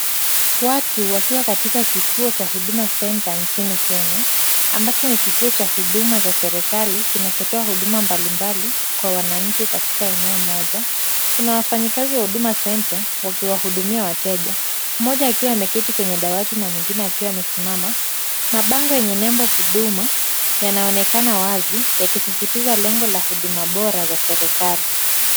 Watu wakiwa katika kituo cha Huduma Center nchini Kenya ambacho ni kituo cha huduma za serikali kinachotoa huduma mbalimbali kwa wananchi katika eneo moja. Kuna wafanyikazi wa Huduma Center wakiwahudumia wateja mmoja akiwa ameketi kwenye dawati mwengine akiwa amesimama. Mabango yenye nembo huduma yanaonekana wazi yakisisitiza lengo la huduma bora za serikali.